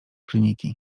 kliniki